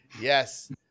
Yes